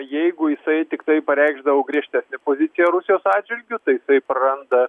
jeigu jisai tiktai pareikšdavo griežtesnę poziciją rusijos atžvilgiu tai jisai praranda